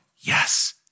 Yes